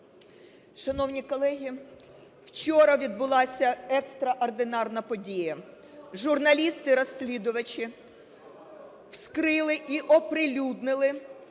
Шановні колеги, вчора відбулася екстраординарна подія – журналісти-розслідувачі вскрили і оприлюднили